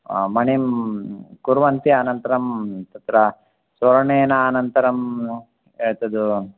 मणिं कुर्वन्ति अनन्तरं तत्र स्वर्णेन अनन्तरं एतत्